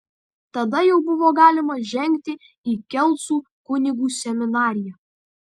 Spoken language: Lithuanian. tada jau buvo galima žengti į kelcų kunigų seminariją